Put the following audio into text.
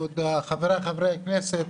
חבריי חברי הכנסת,